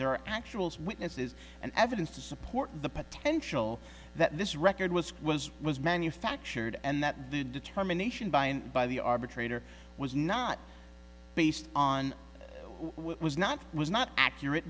there actually is witnesses and evidence to support the potential that this record was was was manufactured and that the determination by and by the arbitrator was not based on what was not was not accurate